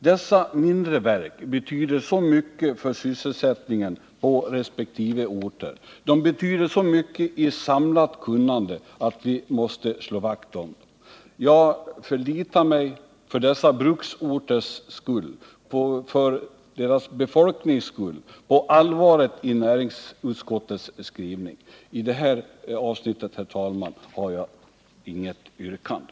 Dessa mindre verk betyder så mycket för sysselsättningen på resp. orter och där finns ett så stort samlat kunnande att vi måste slå vakt om dem. För dessa bruksorters skull och för deras befolknings skull förlitar jag mig på allvaret i näringsutskottets skrivning. I det här avsnittet, herr talman, har jag inget yrkande.